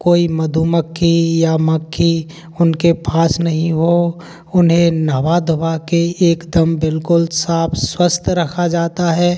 कोई मधुमक्खी या मक्खी उनके पास नहीं हो उन्हें नहवा धोवा के एकदम बिल्कुल साफ स्वस्थ रखा जाता है